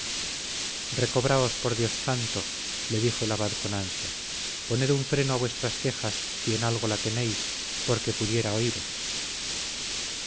recobraos por dios santo le dijo el abad con ansia poned un freno a vuestras quejas si en algo la tenéis porque pudiera oíros